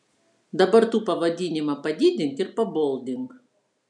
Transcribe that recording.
dabar tu pavadinimą padidink ir paboldink